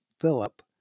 Philip